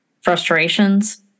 frustrations